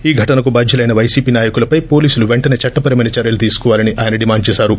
ఈ ఘటనకు బాధ్యులైన వైసీపీ నాయకులపై పోలీసులు వెంటనే చట్టపరమైన చర్యలు తీసుకోవాలని ఆయన డిమాండ్ చేశారు